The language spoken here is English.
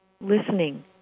listening